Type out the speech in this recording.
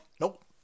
Nope